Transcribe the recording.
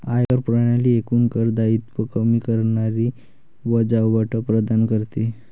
आयकर प्रणाली एकूण कर दायित्व कमी करणारी वजावट प्रदान करते